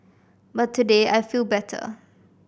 but today I feel better